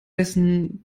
dessen